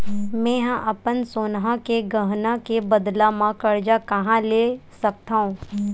मेंहा अपन सोनहा के गहना के बदला मा कर्जा कहाँ ले सकथव?